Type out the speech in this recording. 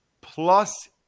Plus